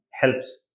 helps